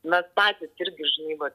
mes patys irgi žinai vat